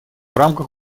рамках